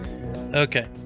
okay